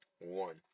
one